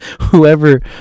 whoever